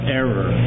error